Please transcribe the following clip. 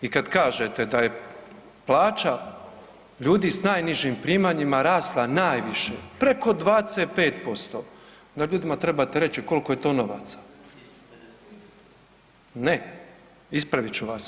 I kad kažete da je plaća ljudi s najnižim primanjima rasla najviše preko 25%, onda ljudima trebate reći koliko je to novaca. … [[Upadica iz klupe se ne čuje]] Ne, ispravit ću vas.